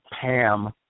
Pam